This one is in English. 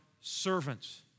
servants